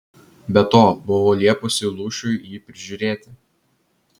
be to buvau liepusi lūšiui jį prižiūrėti